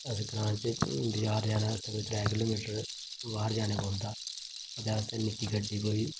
असें ई ग्रां चा बजार जाने आस्तै कोई त्रै किलोमिटर बाह्र जाना पौंदा ऐ ओह्दे आस्तै निक्की गड्डी कोई